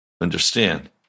understand